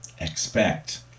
expect